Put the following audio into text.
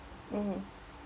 mmhmm